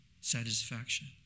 satisfaction